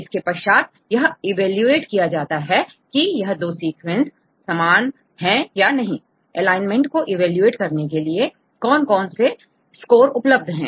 इसके पश्चात यह इवेलुएट किया जाता है कि यह दो सीक्वेंस समान है या नहीं एलाइनमेंट को इवेलुएट करने के लिए कौन कौन से स्कोर उपलब्ध है